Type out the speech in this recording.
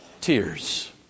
tears